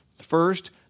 First